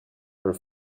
were